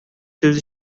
сүз